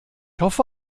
hoffe